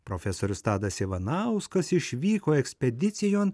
profesorius tadas ivanauskas išvyko ekspedicijon